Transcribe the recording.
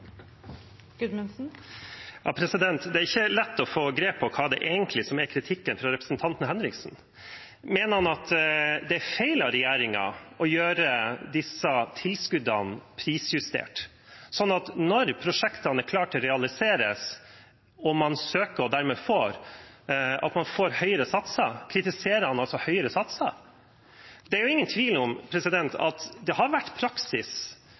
ikke lett å få grep på hva som egentlig er kritikken fra representanten Henriksen. Mener han at det er feil av regjeringen å gjøre disse tilskuddene prisjustert, sånn at når prosjektene er klare til å realiseres og man søker, får man dermed høyere satser? Kritiserer han altså høyere satser? Det er ingen tvil om at det har vært praksis